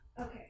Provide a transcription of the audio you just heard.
Okay